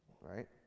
Right